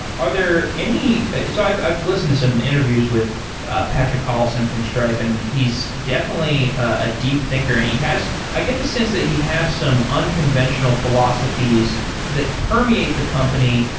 are there any so i've i've listened to some interviews with patrick collison from stripe and he's definitely a deep thinker and he has i get the sense that he has some unconventional philosophies that permeate the company,